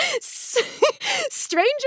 Stranger